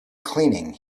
cleaning